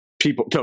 people